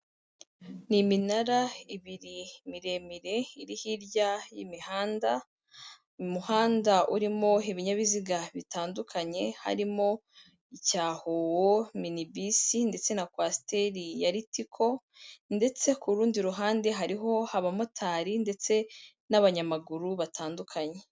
Ni iminara ibiri miremire iri hirya y'imihanda, umuhanda urimo ibinyabiziga bitandukanye harimo icya howo, minibisi ndetse na kwasiteri ya ritiko, ndetse ku rundi ruhande hariho abamotari ndetse n'abanyamaguru batandukanye.